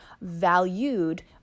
valued